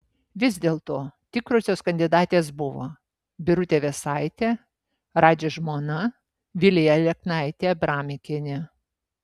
vis dėlto tikrosios kandidatės buvo birutė vėsaitė radži žmona vilija aleknaitė abramikienė